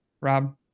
Rob